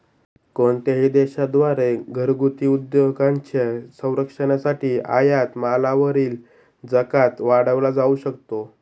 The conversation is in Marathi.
कोणत्याही देशा द्वारे घरगुती उद्योगांच्या संरक्षणासाठी आयात मालावरील जकात वाढवला जाऊ शकतो